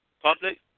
public